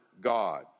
God